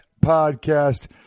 Podcast